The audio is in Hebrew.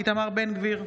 אינו נוכח איתמר בן גביר,